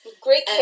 Great